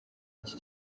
iki